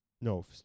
No